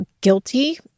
guilty